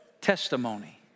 testimony